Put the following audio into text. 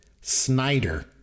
Snyder